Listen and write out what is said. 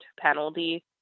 penalty